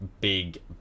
big